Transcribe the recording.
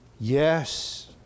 Yes